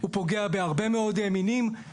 הוא פוגע בהרבה מאוד מינים,